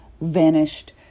vanished